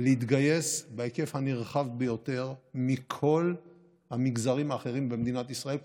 להתגייס בהיקף הנרחב ביותר מכל המגזרים האחרים במדינת ישראל,